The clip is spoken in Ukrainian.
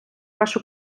вашу